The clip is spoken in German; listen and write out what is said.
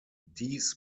dies